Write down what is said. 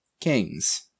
kings